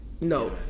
No